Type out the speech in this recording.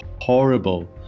horrible